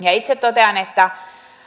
ja itse totean että